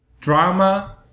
Drama